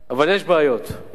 אבל יש בעיות, יש.